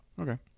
Okay